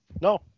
No